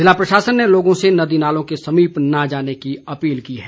ज़िला प्रशासन ने लोगों से नदी नालों के समीप न जाने की अपील की है